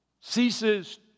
ceases